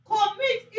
Commit